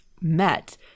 met